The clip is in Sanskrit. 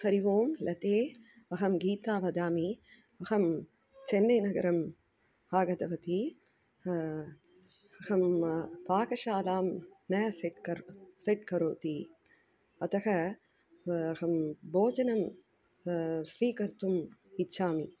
हरिः ओम् लते अहं गीता वदामि अहं चेन्नैनगरम् आगतवती अहं पाकशालां न सेट् कर्तुं सेट् करोति अतः अहं भोजनं स्वीकर्तुम् इच्छामि